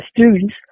students